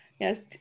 yes